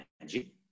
energy